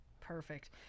Perfect